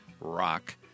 rock